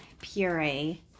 puree